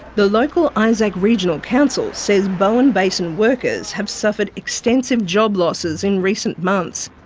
the local isaac regional council says bowen basin workers have suffered extensive job losses in recent months.